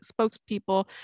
spokespeople